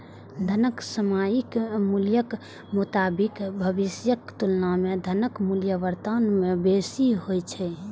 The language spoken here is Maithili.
धनक सामयिक मूल्यक मोताबिक भविष्यक तुलना मे धनक मूल्य वर्तमान मे बेसी होइ छै